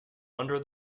under